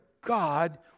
God